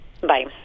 Bye